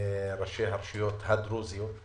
ראשי הרשויות הדרוזיות,